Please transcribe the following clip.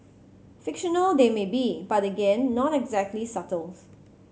fictional they may be but again not exactly subtle